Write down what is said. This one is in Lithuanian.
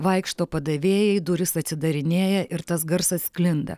vaikšto padavėjai durys atsidarinėja ir tas garsas sklinda